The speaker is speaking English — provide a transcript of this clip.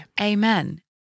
Amen